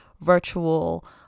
virtual